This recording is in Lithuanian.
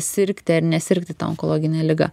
sirgti ar nesirgti ta onkologine liga